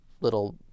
little